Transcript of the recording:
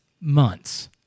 months